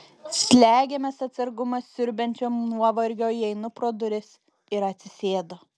slegiamas atsargumą siurbiančio nuovargio įeinu pro duris ir atsisėdu